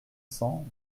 cents